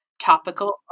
Topical